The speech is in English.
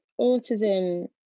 autism